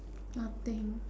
nothing